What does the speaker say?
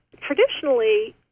traditionally